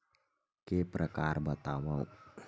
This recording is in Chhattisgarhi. के प्रकार बतावव?